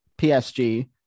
PSG